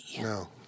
No